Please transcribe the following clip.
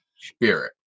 spirit